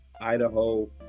Idaho